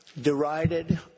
derided